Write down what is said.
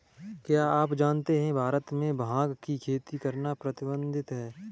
क्या आप जानते है भारत में भांग की खेती करना प्रतिबंधित है?